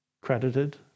credited